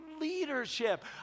leadership